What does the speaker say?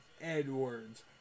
edwards